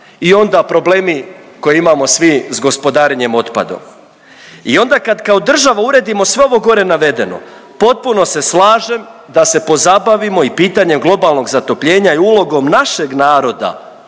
i onda problemi koje imamo svi s gospodarenjem otpadom. I onda kad kao država uredimo sve ovo navedeno potpuno se slažem da se pozabavimo i pitanjem globalnog zatopljenja i ulogom našeg naroda